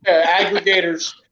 aggregators